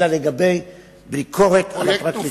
אלא לגבי ביקורת על הפרקליטות,